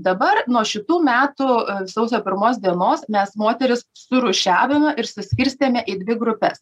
dabar nuo šitų metų sausio pirmos dienos mes moteris surūšiavime ir suskirstėme į dvi grupes